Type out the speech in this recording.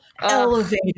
elevated